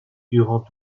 durant